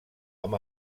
amb